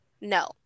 no